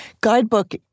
guidebook